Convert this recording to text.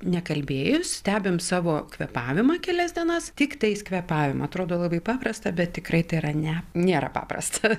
nekalbėjus stebim savo kvėpavimą kelias dienas tiktais kvėpavimą atrodo labai paprasta bet tikrai yra ne nėra paprasta